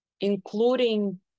including